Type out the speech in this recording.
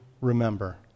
remember